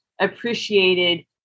appreciated